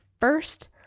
first